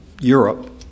Europe